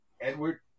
Edward